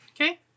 Okay